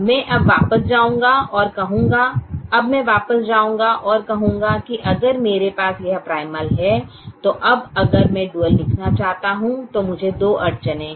मैं अब वापस जाऊंगा और कहूंगा कि अगर मेरे पास यह प्राइमल है तो अब अगर मैं डुअल लिखना चाहता हूं तो मुझे दो अड़चनें हैं